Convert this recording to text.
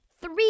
three